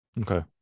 Okay